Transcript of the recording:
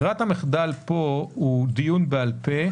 פה ברירת המחדל היא דיון בעל פה,